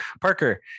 Parker